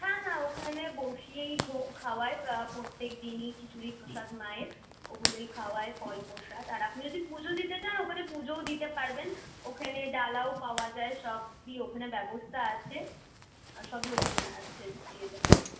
হ্যাঁ হ্যাঁ ওখানে বসিয়েই ভোগ খাওয়ায় ওরা প্রত্যেকদিনই খিচুড়ি প্রসাদ মায়ের ওগুলোই খাওয়ায় ফল প্রসাদ আর আপনি যদি পুজো দিতে চান ওখানে পুজোও দিতে পারবেন ওখানে ডালাও পাওয়া যায় সবই ওখানে ব্যবস্থা আছে আর সবই ওখানে আছে দিয়ে দিতে পারবেন